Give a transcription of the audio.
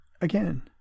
again